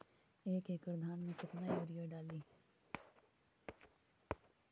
एक एकड़ धान मे कतना यूरिया डाली?